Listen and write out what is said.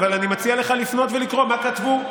אבל אני מציע לך לפנות ולקרוא מה כתבו,